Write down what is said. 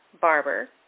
barber